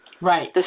Right